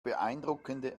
beeindruckende